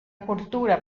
cultura